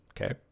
okay